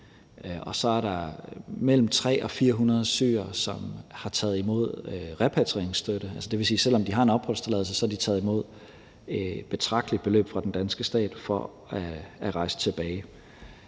Og så er der mellem 300 og 400 syrere, som har taget imod repatrieringsstøtte. Altså, det vil sige, at selv om de har en opholdstilladelse, har de taget imod et betragteligt beløb fra den danske stat for at rejse tilbage.